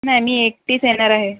नाही मी एकटीचं येणार आहे